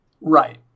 Right